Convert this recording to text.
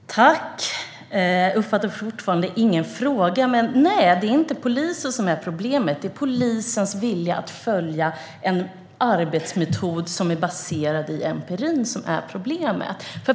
Herr talman! Jag uppfattade fortfarande inte någon fråga. Nej, det är inte polisen som är problemet. Problemet är polisens vilja att följa en arbetsmetod som baseras på empirin.